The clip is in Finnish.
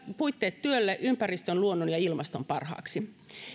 puitteet työlle ympäristön luonnon ja ilmaston parhaaksi